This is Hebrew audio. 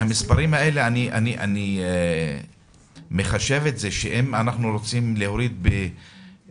מהמספרים האלה אני מבין שאם אנחנו רוצים להוריד בשליש